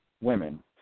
women